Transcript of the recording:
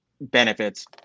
benefits